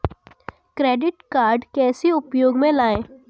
Credit card कैसे उपयोग में लाएँ?